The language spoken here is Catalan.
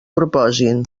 proposin